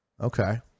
Okay